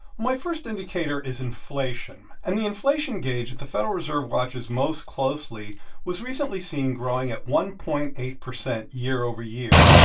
my first indicator is inflation. and the inflation gauge that the federal reserve watches most closely was recently seen growing at one point eight zero year over year.